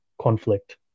conflict